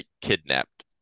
kidnapped